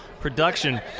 production